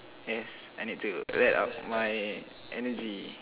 yes I need to let out my energy